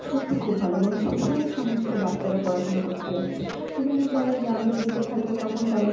সত্যি খুব ভালো এবং সেখানে সমস্ত বাচ্চারা পড়াশুনা করতে যাচ্ছে কিন্তু কিন্তু যারা গ্রামের দিকে থাকে তখন তারা